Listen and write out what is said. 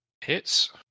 hits